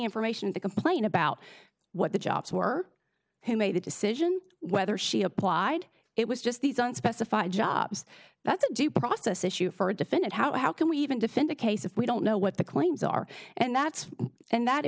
information to complain about what the jobs were who made the decision whether she applied it was just these unspecified jobs that's due process issue for a defendant how can we even defend a case if we don't know what the claims are and that's and that it